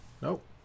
Nope